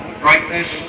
brightness